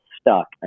stuck